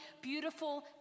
Beautiful